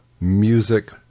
music